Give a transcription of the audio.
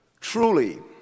Truly